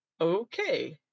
Okay